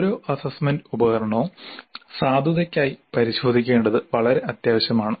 ഓരോ അസ്സസ്സ്മെന്റ് ഉപകരണവും സാധുതയ്ക്കായി പരിശോധിക്കേണ്ടത് വളരെ അത്യാവശ്യമാണ്